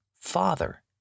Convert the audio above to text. father